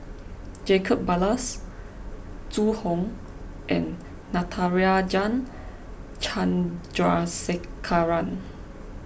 Jacob Ballas Zhu Hong and Natarajan Chandrasekaran